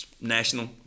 national